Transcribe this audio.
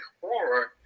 horror